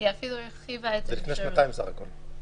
אפילו הרחיבה --- זה לפני שנתיים סך הכול.